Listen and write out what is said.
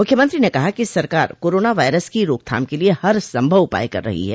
मुख्यमंत्री ने कहा कि सरकार कोरोना वायरस की रोकथाम के लिए हरसंभव उपाय कर रही है